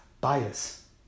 bias